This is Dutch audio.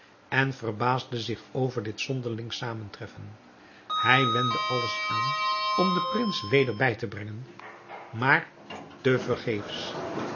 en verbaasde zich over dit zonderling zamentreffen hij wendde alles aan om den prins weder bij te brengen maar